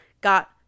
got